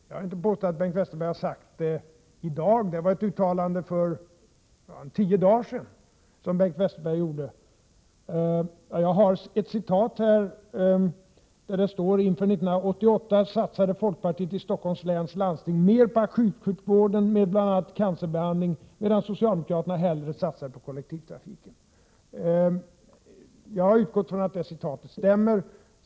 Jag har inte påstått att Bengt Westerberg har gjort sitt uttalande om kollektivtrafiken i dag — jag citerade ett uttalande som Bengt Westerberg gjorde för ungefär tio dagar sedan. I det citat jag har heter det: ”Inför 1988 satsade folkpartiet i Stockholms läns landsting mer på akutsjukvården med bl.a. cancerbehandling, medan socialdemokraterna hellre satsade på kollektivtrafiken.” Jag har utgått från att citatet är riktigt.